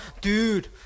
dude